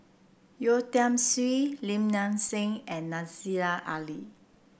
Yeo Tiam Siew Lim Nang Seng and Aziza Ali